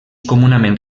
comunament